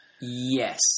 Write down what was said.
Yes